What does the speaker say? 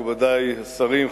מכובדי השרים,